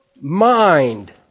mind